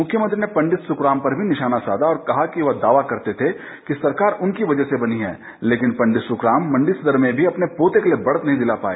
मुख्यमंत्री ने पंडित सुखराम पर भी निशाना साधा और कहा कि वह दावा करते थे कि सरकार उनकी वजह से बनी है लेकिन पंडित सुखराम मंडी सदर में भी अपने पोते के लिए बढ़त नहीं दिला पाए